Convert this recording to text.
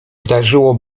zdarzało